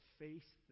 face